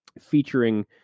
featuring